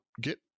get